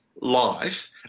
life